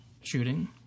shooting